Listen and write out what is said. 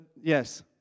yes